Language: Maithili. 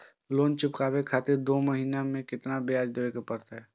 लोन चुकाबे खातिर दो महीना के केतना ब्याज दिये परतें?